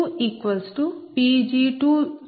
u